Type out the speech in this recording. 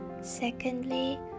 Secondly